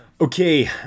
Okay